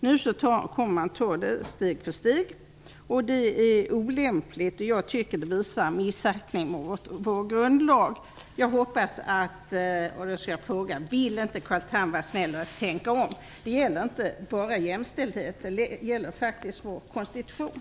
Nu kommer man att ta det steg för steg. Det är olämpligt. Jag tycker att det visar på missaktning mot vår grundlag. Vill inte Carl Tham vara snäll och tänka om? Det gäller inte bara jämställdheten - det gäller faktiskt vår konstitution.